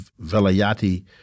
Velayati